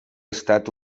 estat